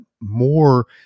more